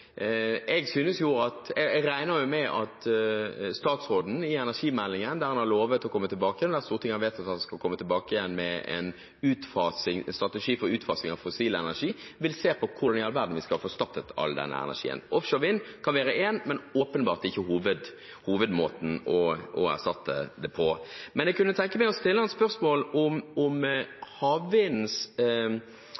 Jeg regner med at statsråden i energimeldingen – som han har lovet å komme med, og som Stortinget har vedtatt skal komme – kommer tilbake med en strategi for utfasing av fossil energi, og at han der vil se på hvordan vi i all verden skal få erstattet all denne energien. Offshore vind kan være ett alternativ, men det er åpenbart ikke hovedmåten man kan erstatte det på. Jeg kunne tenke meg å stille statsråden spørsmål om havvindens